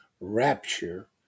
rapture